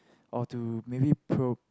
or to maybe pro